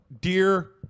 dear